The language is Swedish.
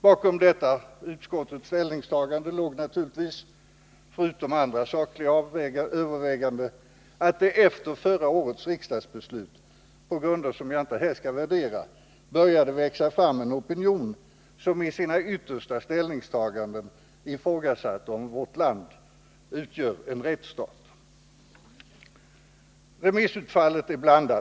Bakom detta utskottets ställningstagande låg naturligtvis — förutom sakliga överväganden — att det efter förra årets riksdagsbeslut, på grunder som jag inte här skall värdera, började växa fram en opinion som i sina yttersta ställningstaganden ifrågasatte om vårt land utgör en rättsstat. Remissutfallet är blandat.